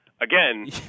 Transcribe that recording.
again